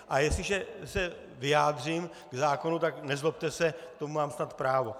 A jestliže se vyjádřím k zákonu, tak nezlobte se, k tomu mám snad právo!